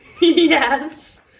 Yes